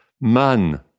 man